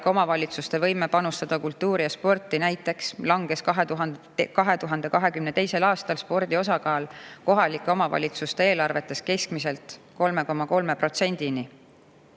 omavalitsuste võime panustada kultuuri ja sporti. Näiteks langes 2022. aastal spordi osakaal kohalike omavalitsuste eelarvetes keskmiselt 3,3%‑ni.